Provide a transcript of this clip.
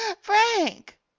frank